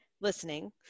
listening